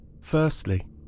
Firstly